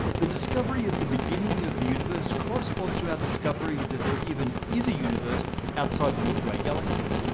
the discovery of the beginning of the universe corresponds to our discovery that there even is a universe outside the milky way galaxy.